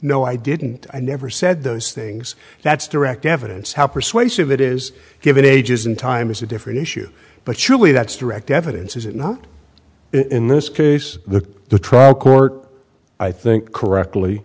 no i didn't i never said those things that's direct evidence how persuasive it is given ages and time is a different issue but surely that's direct evidence is it not in this case the the trial court i think correctly